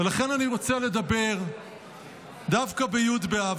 ולכן אני רוצה לדבר דווקא בי' באב.